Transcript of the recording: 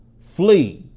flee